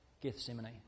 Gethsemane